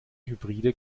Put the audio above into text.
hybride